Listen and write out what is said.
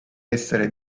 essere